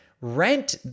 Rent